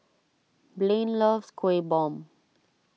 Blain loves Kueh Bom